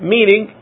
Meaning